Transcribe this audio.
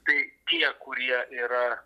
tai tie kurie yra